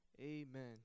Amen